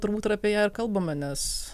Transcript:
turbūt ir apie ją ir kalbame nes